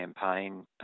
campaign